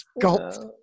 sculpt